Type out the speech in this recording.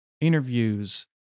interviews